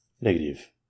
Negative